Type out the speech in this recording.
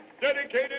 dedicated